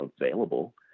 available